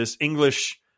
English